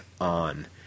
on